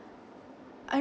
I